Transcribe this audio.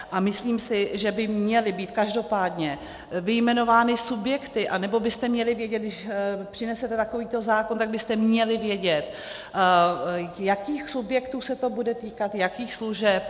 A myslím si, že by měly být každopádně vyjmenovány subjekty, anebo byste měli vědět, když přinesete takovýto zákon, tak byste měli vědět, jakých subjektů se to bude týkat, jakých služeb.